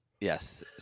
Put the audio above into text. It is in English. Yes